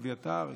אביתר,